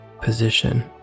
position